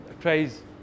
trays